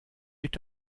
est